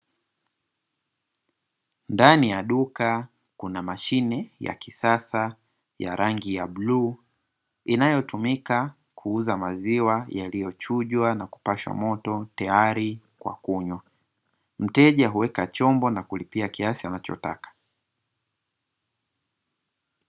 Ndani ya duka kuna mashine ya kisasa ya rangi ya bluu inayotumika kuuza maziwa yaliochujwa na kupashwa moto, tayari kwa kunywa mteja huweka chombo na kulipia kiasi anachotaka.